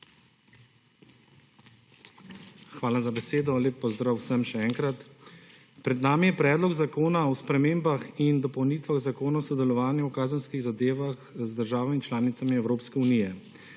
Hvala za besedo. Lep pozdrav vsem še enkrat! Pred nami je Predlog zakona o spremembah in dopolnitvah zakona o sodelovanju v kazenskimi zadevami z državami članicami Evropske unije.